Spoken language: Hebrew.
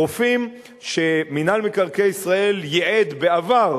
חופים שמינהל מקרקעי ישראל ייעד בעבר,